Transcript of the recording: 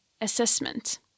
assessment